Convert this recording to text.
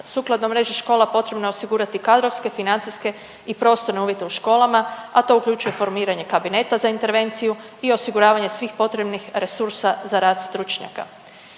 Sukladno mreži škola potrebno je osigurati i kadrovske, financijske i prostorne uvjete u školama, a to uključuje formiranje kabineta za intervenciju i osiguravanje svih potrebnih resursa za rad stručnjaka.